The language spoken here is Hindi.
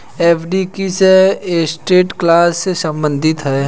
एफ.डी किस एसेट क्लास से संबंधित है?